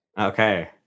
Okay